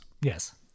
Yes